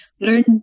learn